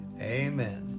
Amen